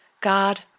God